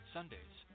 Sundays